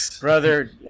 brother